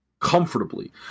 comfortably